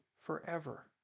forever